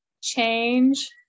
change